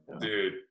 Dude